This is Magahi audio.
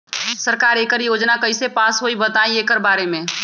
सरकार एकड़ योजना कईसे पास होई बताई एकर बारे मे?